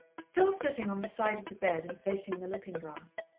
still sitting on the side of the bed and facing the looking-glass,